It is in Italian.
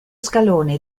scalone